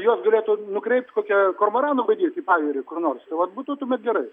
juos galėtų nukreipt kokia kormoranų baidyt į pajūrį kur nors tai vat būtų tuomet gerai